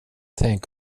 tänk